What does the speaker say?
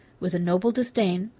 with a noble disdain,